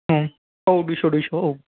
ओं औ दुइस' दुइस' औ